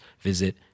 visit